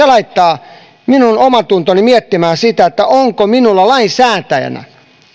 laittaa minun omantuntoni miettimään sitä onko minulla lainsäätäjänä